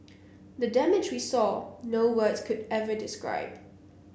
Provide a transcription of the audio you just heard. the damage we saw no words could ever describe